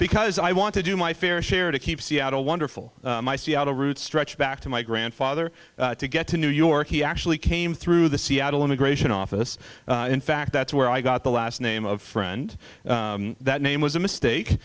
because i want to do my fair share to keep seattle wonderful my seattle roots stretch back to my grandfather to get to new york he actually came through the seattle immigration office in fact that's where i got the last name of friend that name was a mistake